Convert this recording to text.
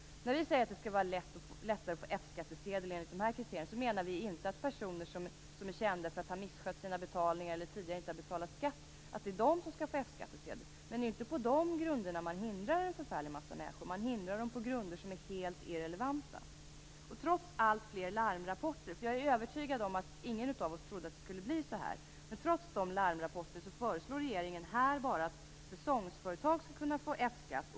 När vi säger att det skall vara lättare att få F skattsedel enligt de nämnda kriterierna avser vi inte personer som är kända för att ha misskött sina betalningar eller som tidigare inte har betalat skatt. Men det är ju inte på dessa grunder som man hindrar en förfärlig massa människor, utan man hindrar dem på grunder som är helt irrelevanta. Trots alltfler larmrapporter - och jag är övertygad om att ingen av oss trodde att det skulle bli så här - föreslår regeringen bara att säsongsföretag skall kunna få betala F-skatt.